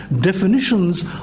definitions